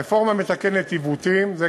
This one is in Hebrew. הרפורמה מתקנת עיוותים רבים,